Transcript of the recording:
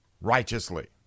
righteously